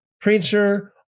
preacher